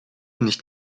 nicht